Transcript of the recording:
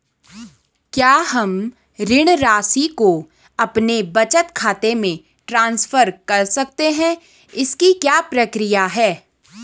क्या हम ऋण राशि को अपने बचत खाते में ट्रांसफर कर सकते हैं इसकी क्या प्रक्रिया है?